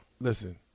listen